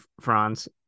Franz